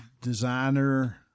designer